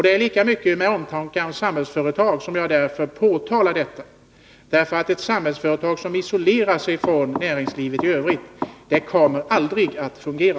Det är lika mycket av omtanke om Samhällsföretag som jag omtalar detta. Ett Samhällsföretag som isolerar sig från näringslivet i övrigt kommer aldrig att fungera.